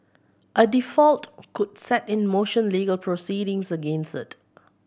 a default could set in motion legal proceedings against it